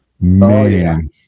man